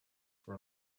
for